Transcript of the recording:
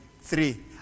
Three